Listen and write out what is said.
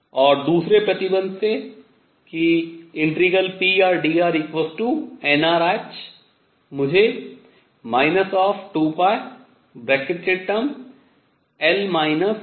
और दूसरे प्रतिबन्ध से कि ∫prdr nrh मुझे 2πL mk 2mE nrh मिलता है